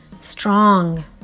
strong